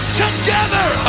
together